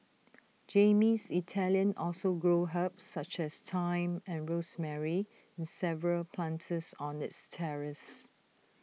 Jamie's Italian also grows herbs such as thyme and rosemary in Seven planters on its terrace